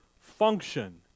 function